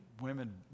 women